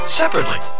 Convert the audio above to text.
separately